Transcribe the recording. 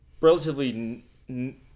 relatively